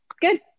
good